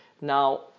Now